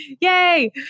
Yay